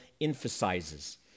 emphasizes